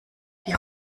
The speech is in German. die